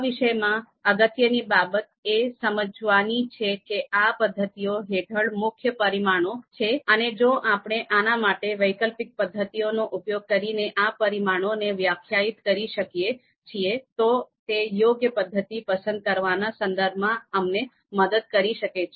આ વિષયેમાં અગત્યની બાબત એ સમજવાની છે કે આ પદ્ધતિઓ હેઠળ મુખ્ય પરિમાણો છે અને જો આપણે આના માટે વૈકલ્પિક પદ્ધતિઓનો ઉપયોગ કરીને આ પરિમાણોને વ્યાખ્યાયિત કરી શકીએ છીએ તો તે યોગ્ય પદ્ધતિ પસંદ કરવાના સંદર્ભમાં અમને મદદ કરી શકે છે